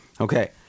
Okay